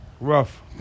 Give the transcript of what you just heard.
Rough